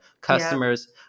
customers